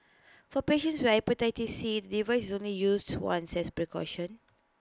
for patients with Hepatitis C the device is only used to once as precaution